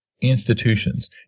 institutions